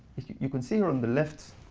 you can see here on the left,